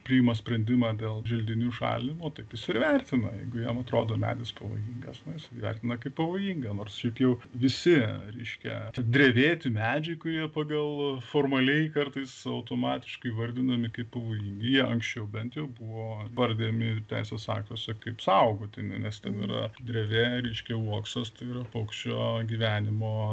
priima sprendimą dėl želdinių šalinimo taip jis ir vertina jeigu jam atrodo medis pavojingas na jis vertina kaip pavojingą nors šiaip jau visi reiškia drevėti medžiai kurie pagal formaliai kartais automatiškai vardinami kaip pavojingi jie anksčiau bent jau buvo įvardinami teisės aktuose kaip saugotini nes ten yra drevė reiškia uoksas tai yra paukščio gyvenimo